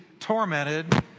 tormented